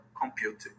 computing